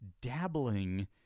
dabbling